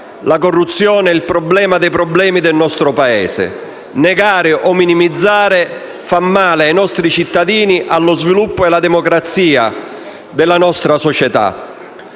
La corruzione è il problema dei problemi del nostro Paese. Negare o minimizzare fa male ai nostri cittadini, allo sviluppo e alla democrazia della nostra società.